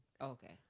Okay